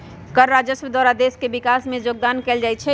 कर राजस्व द्वारा देश के विकास में जोगदान कएल जाइ छइ